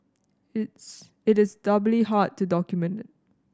it's it is doubly hard to document it